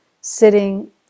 sitting